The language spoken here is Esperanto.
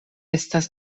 estas